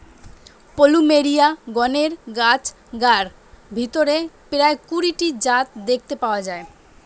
plumeria গণের গাছগার ভিতরে প্রায় কুড়ি টি জাত দেখতে পাওয়া যায়